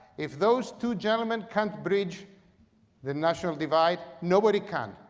if those two gentlemen can't bridge the national divide nobody can.